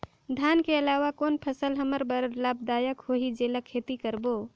धान के अलावा कौन फसल हमर बर लाभदायक होही जेला खेती करबो?